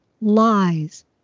lies